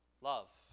Love